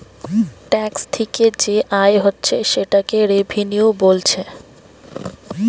tax থিকে যে আয় হচ্ছে সেটাকে রেভিনিউ বোলছে